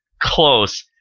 close